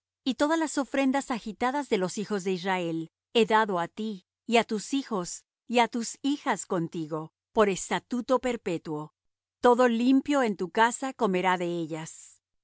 y todas las ofrendas agitadas de los hijos de israel he dado á ti y á tus hijos y á tus hijas contigo por estatuto perpetuo todo limpio en tu casa comerá de ellas